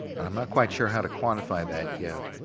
i'm not quite sure how to quantify that yet,